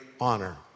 honor